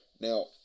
Now